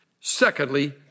Secondly